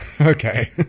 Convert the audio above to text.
Okay